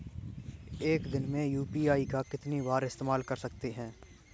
एक दिन में यू.पी.आई का कितनी बार इस्तेमाल कर सकते हैं?